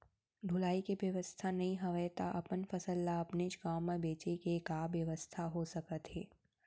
ढुलाई के बेवस्था नई हवय ता अपन फसल ला अपनेच गांव मा बेचे के का बेवस्था हो सकत हे?